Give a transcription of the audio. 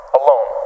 alone